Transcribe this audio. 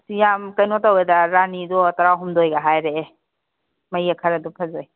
ꯌꯥꯝ ꯀꯩꯅꯣ ꯇꯧꯔꯦꯗ ꯔꯥꯅꯤꯗꯣ ꯇꯔꯥꯍꯨꯝꯗꯣꯏꯒ ꯍꯥꯏꯔꯛꯑꯦ ꯃꯌꯦꯛ ꯈꯔꯗꯤ ꯐꯖꯩ